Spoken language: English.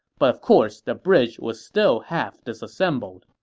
but of course, the bridge was still half disassembled.